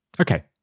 Okay